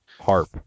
harp